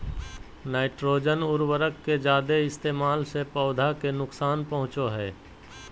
nitrogen उर्वरक के जादे इस्तेमाल से पौधा के नुकसान पहुंचो हय